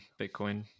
Bitcoin